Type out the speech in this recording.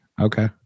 okay